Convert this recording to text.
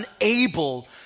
unable